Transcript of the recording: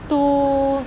too